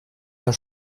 herr